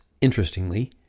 interestingly